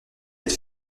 elle